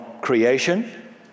creation